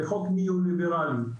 כחוק ניהול ליברלי.